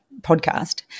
podcast